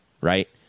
right